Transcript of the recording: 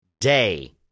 day